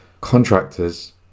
contractors